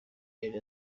yari